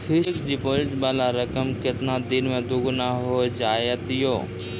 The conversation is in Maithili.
फिक्स्ड डिपोजिट वाला रकम केतना दिन मे दुगूना हो जाएत यो?